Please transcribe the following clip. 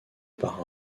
par